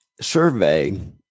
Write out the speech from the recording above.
survey